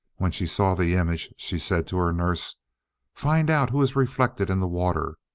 when she saw the image she said to her nurse find out who is reflected in the water,